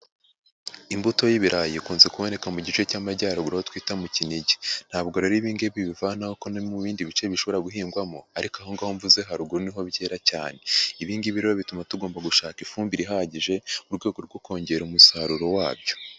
Imbuto y'ibirayi ikunze kuboneka mu gice cy'amajyaruguru aho twita mu Kinigi, ntabwo rero ibi ngibi bivanaho ko no mu bindi bice bishobora guhingwamo ariko aho mvuze haruguru niho byera cyane. Ibi ngibi rero bituma tugomba gushaka ifumbire ihagije, mu rwego rwo kongera umusaruro wabyo.